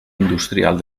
industrial